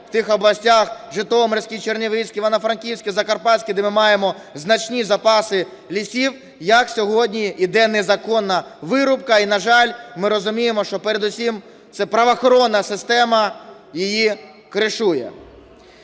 в тих областях – Житомирській, Чернівецькій, Івано-Франківській, Закарпатській, де ми маємо значні запаси лісів – як сьогодні йде незаконна вирубка. І на жаль, ми розуміємо, що передусім це правоохоронна система її "кришує".